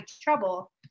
trouble